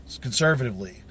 conservatively